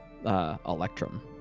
Electrum